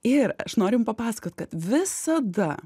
ir aš noriu jum papasakot kad visada